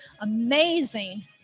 amazing